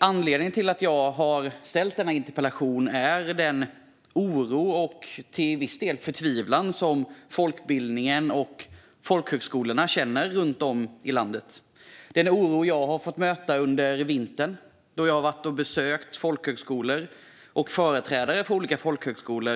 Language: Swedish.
Anledningen till att jag har ställt denna interpellation är den oro och till viss del förtvivlan som folkbildningen och folkhögskolorna känner runt om i landet. Denna oro har jag fått möta under vintern då jag har varit och besökt folkhögskolor och träffat företrädare för olika folkhögskolor.